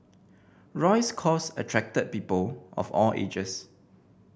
Roy's cause attracted people of all ages